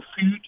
food